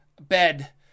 bed